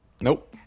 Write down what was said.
Nope